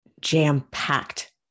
jam-packed